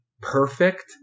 perfect